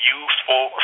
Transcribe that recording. useful